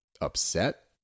upset